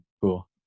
cool